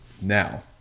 Now